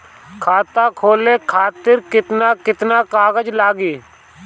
खाता खोले खातिर केतना केतना कागज लागी?